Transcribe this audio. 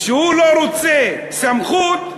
וכשהוא לא רוצה סמכות,